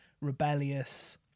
rebellious